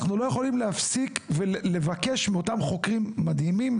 אנחנו לא יכולים להפסיק ולבקש מאותם חוקרים מדהימים,